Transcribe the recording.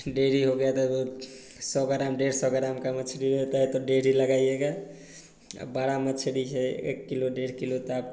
डेहरी हो गया द सौ ग्राम डेढ़ सौ ग्राम का मछली रहता है तो डेहरी लगाइएगा अब बाड़ा मछली है एक किलो डेढ़ किलो तो आप